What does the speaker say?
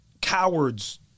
cowards